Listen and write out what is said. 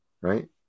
right